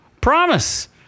Promise